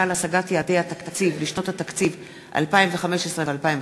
להשגת יעדי התקציב לשנות התקציב 2015 ו-2016),